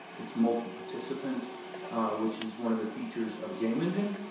it's multi participant which is one of the features of a game engine.